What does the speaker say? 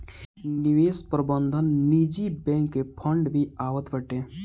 निवेश प्रबंधन निजी बैंक के फंड भी आवत बाटे